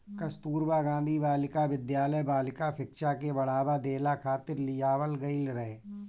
कस्तूरबा गांधी बालिका विद्यालय बालिका शिक्षा के बढ़ावा देहला खातिर लियावल गईल रहे